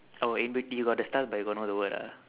oh in bet~ you got the star but you got no the word ah